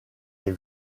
est